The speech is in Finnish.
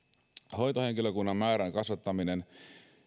hoitohenkilökunnan määrän kasvattaminen